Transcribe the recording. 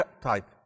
type